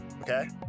Okay